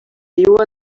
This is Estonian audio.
juua